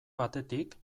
batetik